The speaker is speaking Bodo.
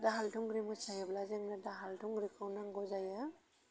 दाहाल थुंग्रि मोसायोब्ला जोंनो दाहाल थुंग्रिखौ नांगौ जायो